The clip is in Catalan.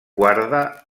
guarda